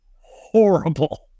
Horrible